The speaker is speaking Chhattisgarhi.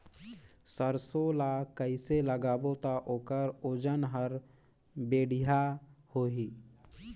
सरसो ला कइसे लगाबो ता ओकर ओजन हर बेडिया होही?